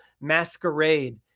masquerade